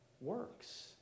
works